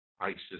ISIS